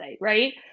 right